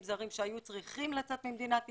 זרים שהיו צריכים לצאת ממדינת ישראל,